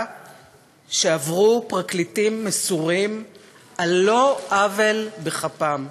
שעברו פרקליטים מסורים על לא עוול בכפם.